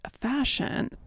fashion